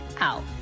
out